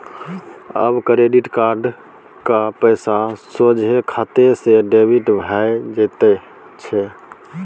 आब credit card क पैसा सोझे खाते सँ डेबिट भए जाइत छै